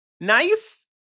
nice